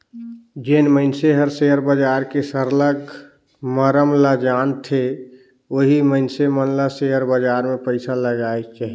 जेन मइनसे हर सेयर बजार के सरलग मरम ल जानथे ओही मइनसे मन ल सेयर बजार में पइसा लगाएक चाही